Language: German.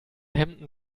hemden